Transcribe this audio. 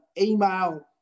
email